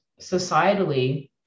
societally